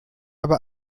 habe